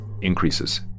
increases